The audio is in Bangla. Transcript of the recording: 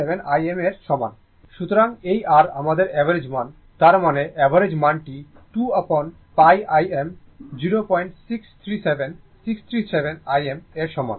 সুতরাং এই r আমাদের অ্যাভারেজ মান তার মানে অ্যাভারেজ মানটি 2 upon πIm 0637 637 Im এর সমান